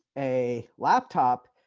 a laptop.